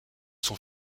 sont